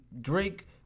Drake